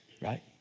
right